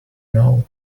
know